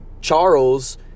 Charles